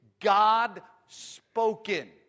God-spoken